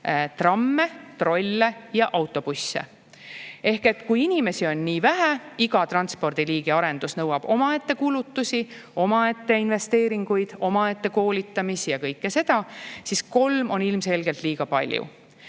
tramme, trolle ja autobusse. Kui inimesi on nii vähe ja iga transpordiliigi arendus nõuab omaette kulutusi, omaette investeeringuid, omaette koolitamist ja kõike seda, siis kolm on ilmselgelt liiga palju.